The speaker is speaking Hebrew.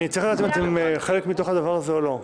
אני צריך לדעת אם אתם חלק מתוך הדבר הזה או לא.